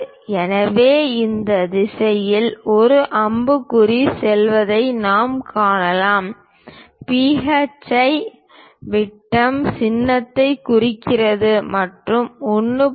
எனவே அந்த திசையில் ஒரு அம்புக்குறி செல்வதை நாம் காணலாம் phi விட்டம் சின்னத்தை குறிக்கிறது மற்றும் 1